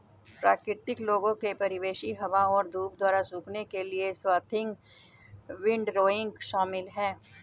प्राकृतिक लोगों के परिवेशी हवा और धूप द्वारा सूखने के लिए स्वाथिंग विंडरोइंग शामिल है